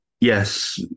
Yes